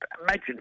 imagine